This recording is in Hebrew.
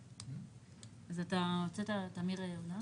אז אתה הוצאת לטמיר הודעה?